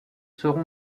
seront